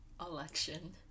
election